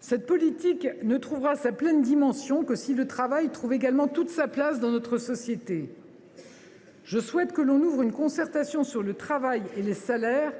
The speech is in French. Cette politique ne trouvera sa pleine dimension que si le travail trouve également toute sa place dans notre société. « Je souhaite que l’on ouvre une concertation sur la question du travail et des salaires,